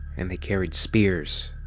and they carried spears.